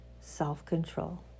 self-control